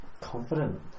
Confident